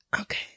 Okay